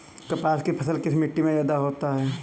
कपास की फसल किस मिट्टी में ज्यादा होता है?